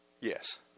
Yes